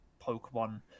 Pokemon